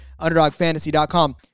underdogfantasy.com